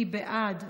מי בעד?